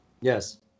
Yes